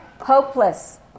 hopeless